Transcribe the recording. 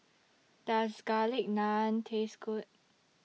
Does Garlic Naan Taste Good